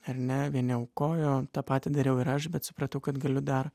ar ne vieni aukojo tą patį dariau ir aš bet supratau kad galiu dar